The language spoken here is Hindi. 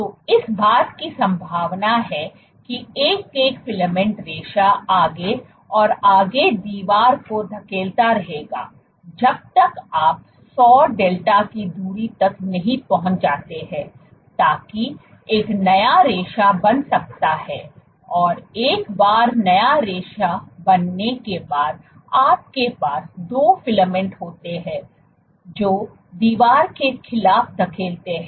तो इस बात की संभावना है कि एक एक फिल्मेंट रेशा आगे और आगे दीवार को धकेलता रहेगा जब तक आप 100 डेल्टा की दूरी तक नहीं पहुँच जाते हैं ताकि एक नया रेशा बन सकता है और एक बार नया रेशा बनने के बाद आपके पास 2 फिलामेंट होते हैं जो दीवार के खिलाफ धकेलते हैं